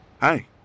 Hi